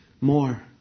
more